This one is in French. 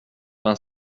vingt